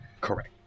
Correct